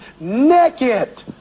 naked